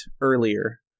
earlier